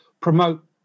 promote